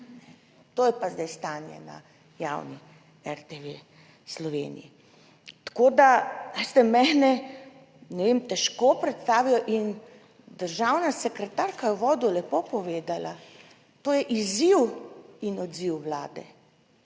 To je pa zdaj stanje na javni RTV Sloveniji. Tako da, veste, mene ne vem, težko predstavijo. Državna sekretarka je v uvodu lepo povedala, to je izziv in odziv Vlade,